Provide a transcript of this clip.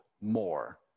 more